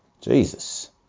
Jesus